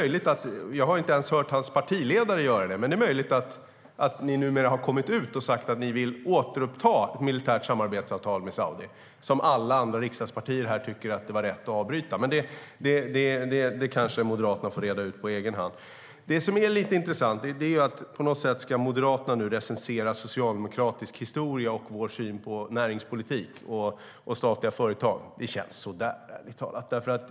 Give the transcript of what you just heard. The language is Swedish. Jag har inte ens hört hans partiledare göra det. Det är möjligt att ni numera har kommit ut och sagt att ni vill återuppta ett militärt samarbetsavtal med Saudi, som alla andra riksdagspartier tyckte var rätt att avbryta. Men det kanske Moderaterna får reda ut på egen hand. Det som är lite intressant är att Moderaterna nu ska recensera socialdemokratisk historia och vår syn på näringspolitik och statliga företag. Det känns så där, ärligt talat.